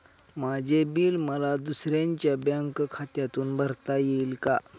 माझे बिल मला दुसऱ्यांच्या बँक खात्यातून भरता येईल का?